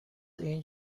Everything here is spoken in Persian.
این